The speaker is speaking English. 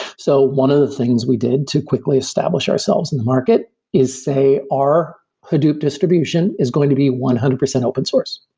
so one of the things we did to quickly establish ourselves in the market is say, our hadoop distribution is going to be one hundred percent open source.